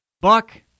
Buck